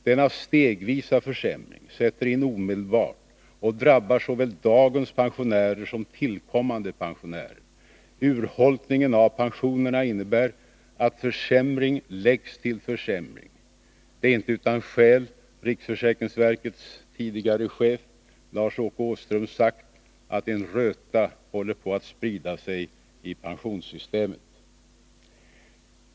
Denna stegvisa försämring sätter in omedelbart och drabbar såväl dagens pensionärer som tillkommande pensionärer. Urholkningen av pensionerna innebär att försämring läggs till försämring. Det är inte utan skäl som riksförsäkringsverkets tidigare chef, Lars-Åke Åström, sagt att en röta håller på att sprida sig i pensionsssystemet.